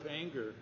anger